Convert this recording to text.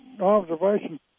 Observation